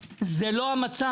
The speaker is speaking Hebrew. שאם יפסידו קצת,